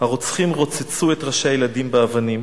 "הרוצחים רוצצו את ראשי הילדים באבנים,